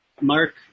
Mark